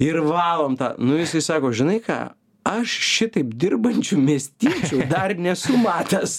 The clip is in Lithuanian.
ir valom tą nu jisai sako žinai ką aš šitaip dirbančių miestiečių dar nesu matęs